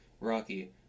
Rocky